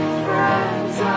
friends